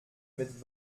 mit